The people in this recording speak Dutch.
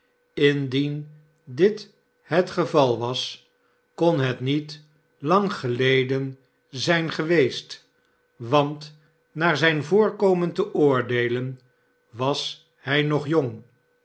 indien dit het geval was kon het niet lang geleden zijn geweest want naar zijn voorkomen te oordeelen was hij nog jong